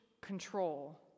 control